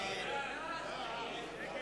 רע"ם-תע"ל לסעיף